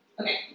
Okay